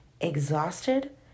exhausted